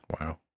Wow